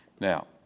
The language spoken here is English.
Now